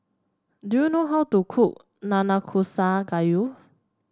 do you know how to cook Nanakusa Gayu